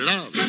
Love